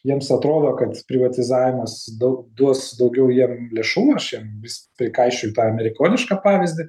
jiems atrodo kad privatizavimas dau duos daugiau jiem lėšų aš jiem vis prikaišioju tą amerikonišką pavyzdį